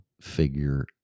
figure